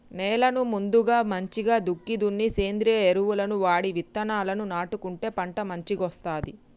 నేలను ముందుగా మంచిగ దుక్కి దున్ని సేంద్రియ ఎరువులను వాడి విత్తనాలను నాటుకుంటే పంట మంచిగొస్తది